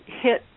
hit